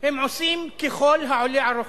הם עושים ככל העולה על רוחם.